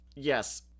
Yes